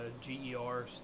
g-e-r